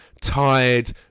tired